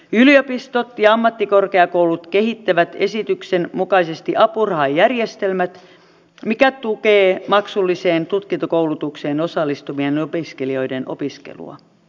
yliopistot ja ammattikorkeakoulut kehittävät esityksen mukaisesti apurahajärjestelmät mikä tukee maksulliseen tutkintokoulutukseen osallistuvien opiskelijoiden opiskelua